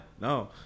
no